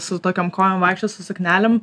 su tokiom kojom vaikščios su suknelėm